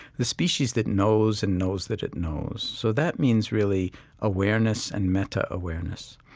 the species that knows and knows that it knows. so that means really awareness and meta-awareness.